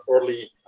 early